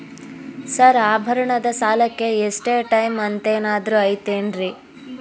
Sir ಆಭರಣದ ಸಾಲಕ್ಕೆ ಇಷ್ಟೇ ಟೈಮ್ ಅಂತೆನಾದ್ರಿ ಐತೇನ್ರೇ?